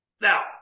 Now